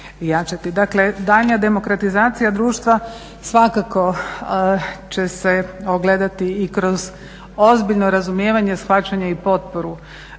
Dakle daljnja demokratizacija društva svakako će se ogledati i kroz ozbiljno razumijevanje, shvaćanje i potporu